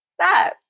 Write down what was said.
Stop